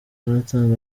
jonathan